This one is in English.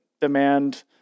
demand